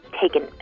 taken